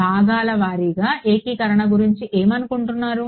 భాగాల వారీగా ఏకీకరణ గురించి ఏమనుకుంటున్నారు